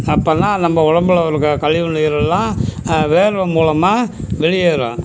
அப்போ தான் நம்ம உடம்புல இருக்க கழிவு நீரெல்லாம் வேர்வை மூலமாக வெளியேறும்